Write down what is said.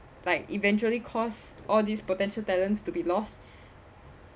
like eventually cause all these potential talents to be lost